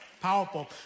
Powerful